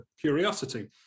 curiosity